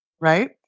Right